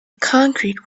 concrete